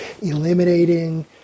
eliminating